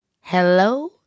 Hello